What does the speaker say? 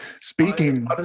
speaking